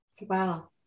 Wow